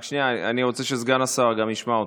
רק שנייה, אני רוצה שגם סגן השר ישמע אותך.